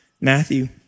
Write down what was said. Matthew